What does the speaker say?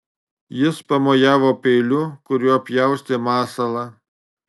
jis pamojavo peiliu kuriuo pjaustė masalą